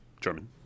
German